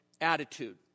attitude